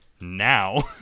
now